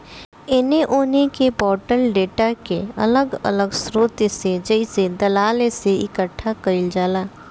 एने ओने के बॉटल डेटा के अलग अलग स्रोत से जइसे दलाल से इकठ्ठा कईल जाला